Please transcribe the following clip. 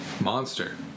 Monster